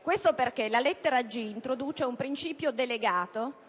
Questo perché la lettera *g)* introduce un principio delegato